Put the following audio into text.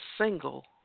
single